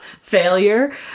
failure